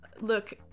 Look